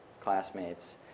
classmates